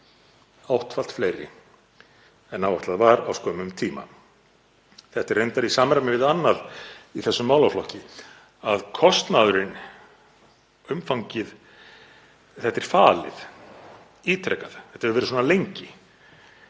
áttfalt fleiri en áætlað var á skömmum tíma. Þetta er reyndar í samræmi við annað í þessum málaflokki að kostnaðurinn, umfangið er falið ítrekað og þetta hefur verið svona lengi,